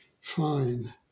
fine